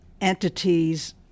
entities